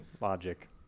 logic